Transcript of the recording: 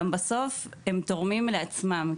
גם בסוף הם תורמים לעצמם.